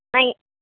அண்ணா